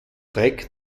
dreck